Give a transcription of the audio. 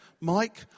Mike